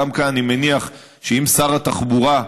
גם כאן, אני מניח שאם שר התחבורה,